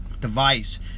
device